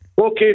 Okay